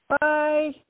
Bye